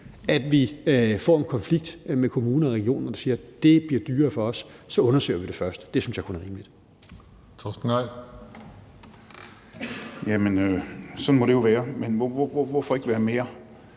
at vi får en konflikt med kommuner og regioner, som siger, at det bliver dyrere for dem, så undersøger vi det først. Det synes jeg kun er rimeligt. Kl. 15:25 Den fg. formand (Christian Juhl): Hr. Torsten